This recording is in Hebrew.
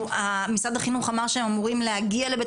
משרד החינוך אמר שהם אמורים להגיע לבית